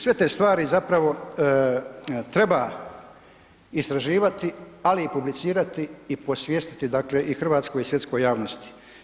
Sve te stvari zapravo treba istraživati, ali i publicirati i posvijestiti i hrvatskoj i svjetskoj javnosti.